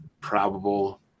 probable